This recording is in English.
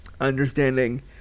understanding